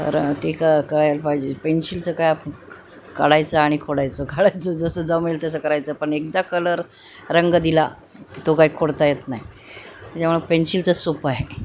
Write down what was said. र ते क करायला पाहिजे पेन्शिलचं काय आप काढायचं आणि खोडायचं काढायचं जसं जमेल तसं करायचं पण एकदा कलर रंग दिला की तो काय खोडता येत नाही त्याच्यामुळं पेन्सिलचं सोपं आहे